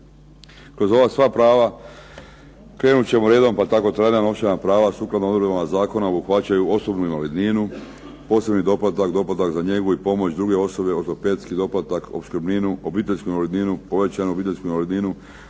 Kroz ova sva prava krenut ćemo redom pa tako …/Govornik se ne razumije./… novčana prava sukladno odredbama zakona obuhvaća osobnu invalidninu, posebni doplatak, doplatak za njegu i pomoć druge osobe, ortopedski doplatak, opskrbninu, obiteljsku invalidninu, povećanu obiteljsku invalidninu,